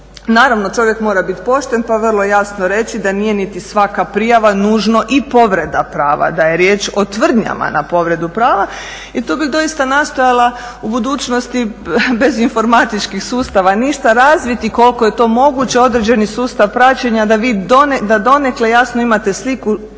Naravno čovjek mora bit pošten pa vrlo jasno reći da nije niti svaka prijava nužno i povreda prava, da je riječ o tvrdnjama na povredu prava. I tu bih doista nastojala u budućnosti bez informatičkih sustava ništa razviti, i koliko je to moguće određeni sustav praćenja da vi donekle jasno imate sliku